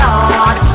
Lord